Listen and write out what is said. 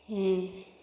ಹ್ಞೂ